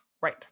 Right